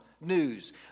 news